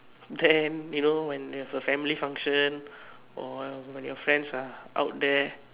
then you know when you have a family function or when your friends are out there